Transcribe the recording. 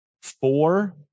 Four